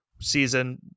season